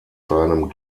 seinem